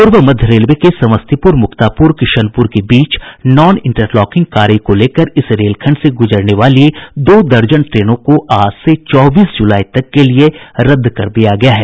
पूर्व मध्य रेलवे के समस्तीपुर मुक्तापुर किशनपुर के बीच नॉन इंटरलॉकिंग कार्य को लेकर इस रेलखंड से गुजरने वाली दो दर्जन ट्रेनों को आज से चौबीस जुलाई तक के लिये रद्द कर दिया गया है